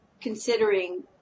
considering